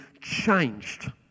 changed